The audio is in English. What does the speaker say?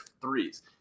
threes